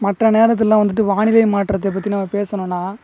மற்ற நேரத்துலேலாம் வந்துட்டு வானிலை மாற்றத்தை பற்றி நம்ம பேசணும்னா